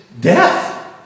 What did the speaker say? Death